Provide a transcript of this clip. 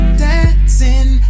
dancing